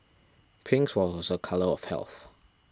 pink was a colour of health